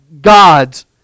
gods